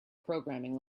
programming